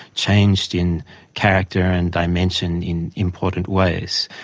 changed in character and dimension in important ways.